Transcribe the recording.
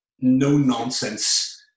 no-nonsense